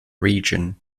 region